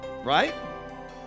right